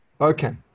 Okay